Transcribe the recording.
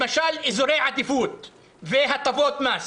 למשל, אזורי עדיפות והטבות מס.